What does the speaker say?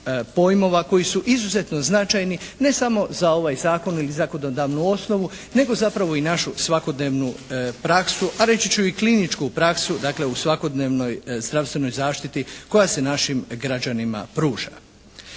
pojmova koji su izuzetno značajni ne samo za ovaj zakon i zakonodavnu osnovu nego zapravo i našu svakodnevnu praksu, a reći ću i kliničku praksu. Dakle u svakodnevnoj zdravstvenoj zaštititi koja se našim građanima pruža.